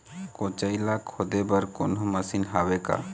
कोचई ला खोदे बर कोन्हो मशीन हावे का?